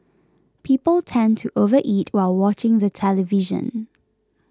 people tend to overeat while watching the television